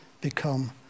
become